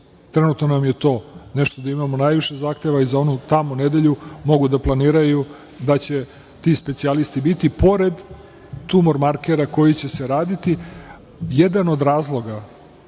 Trenutno nam je to nešto gde imamo najviše zahteva i za onu tamo nedelju mogu da planiraju da će ti specijalisti biti pored tumor markera koji će se raditi. Jedan od razloga